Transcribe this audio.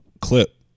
clip